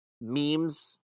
memes